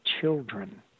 children